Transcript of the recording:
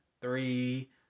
three